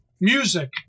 music